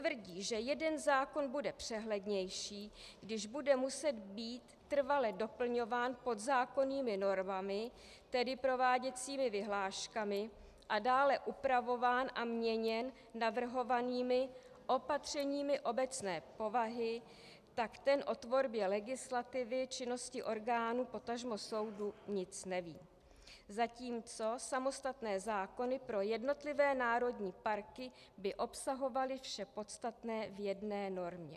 Kdo tvrdí, že jeden zákon bude přehlednější, když bude muset být trvale doplňován podzákonnými normami, tedy prováděcími vyhláškami, a dále upravován a měněn navrhovanými opatřeními obecné povahy, tak ten o tvorbě legislativy činnosti orgánů, potažmo soudů, nic neví, zatímco samostatné zákony pro jednotlivé národní parky by obsahovaly vše podstatné v jedné normě.